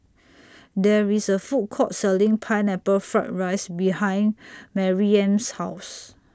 There IS A Food Court Selling Pineapple Fried Rice behind Maryam's House